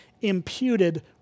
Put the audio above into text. imputed